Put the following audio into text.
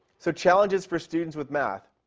so, challenges for students with math.